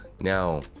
Now